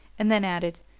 and then added